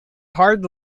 hard